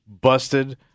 busted